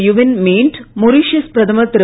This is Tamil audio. யுவின் மியின்ட் மொரிசீயஸ் பிரதமர் திரு